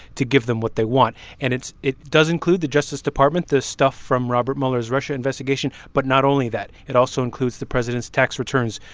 to give them what they want and it does include the justice department, the stuff from robert mueller's russia investigation, but not only that. it also includes the president's tax returns,